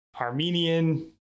Armenian